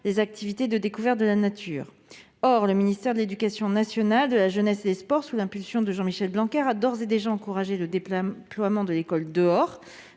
les activités de découverte de la nature. Or le ministère de l'éducation nationale, de la jeunesse et des sports, sous l'impulsion de Jean-Michel Blanquer, a d'ores et déjà encouragé le déploiement de l'« école dehors